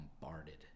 bombarded